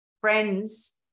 friends